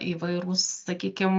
įvairūs sakykim